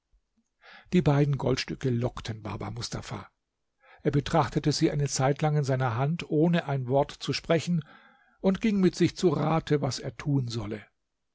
die beiden goldstücke lockten baba mustafa er betrachtete sie eine zeitlang in seiner hand ohne ein wort zu sprechen und ging mit sich zu rate was er tun solle